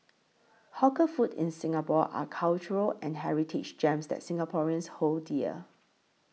hawker food in Singapore are cultural and heritage gems that Singaporeans hold dear